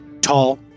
tall